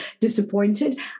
disappointed